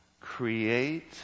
Create